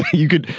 you could.